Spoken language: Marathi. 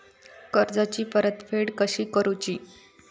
कर्जाची परतफेड कशी करुची?